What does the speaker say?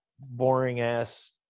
boring-ass